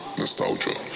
nostalgia